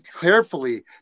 carefully